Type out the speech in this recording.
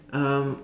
um